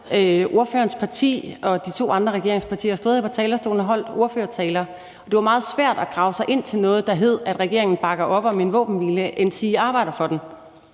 Ordførerens parti og de to andre regeringspartier har stået her på talerstolen og holdt ordførertaler, og det var meget svært at grave sig ind til noget, der hed, at regeringen bakker op om en våbenhvile endsige arbejder for den.